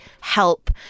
help